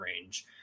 range